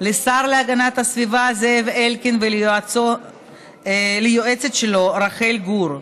לשר להגנת הסביבה זאב אלקין וליועצת שלו רחל גור,